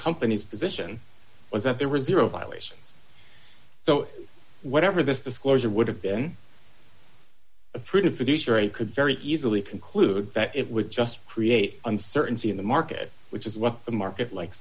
company's position was that there were zero violations so whatever this disclosure would have been a pretty sure i could very easily conclude that it would just create uncertainty in the market which is what the market like